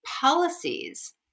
policies